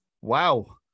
Wow